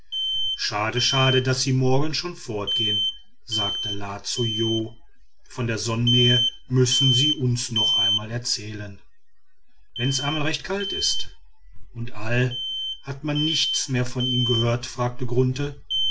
schade schade daß sie morgen schon fortgehen sagte la zu jo von der sonnennähe müssen sie uns noch einmal erzählen wenn's einmal recht kalt ist und all hat man nichts mehr von ihm gehört fragte